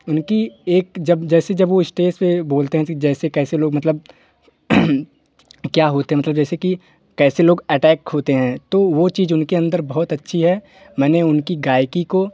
उनकी एक जब जैसे जब वो स्टेज़ पर बोलते हैं जैसे कैसे लोग मतलब क्या होते है मतलब जैसे कि कैसे लोग अटरेक्ट होते हैं तो वो चीज़ उनके अंदर बहुत अच्छी है मैंने उनकी गायकी को